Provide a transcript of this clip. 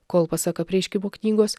kol pasak apreiškimo knygos